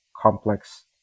complex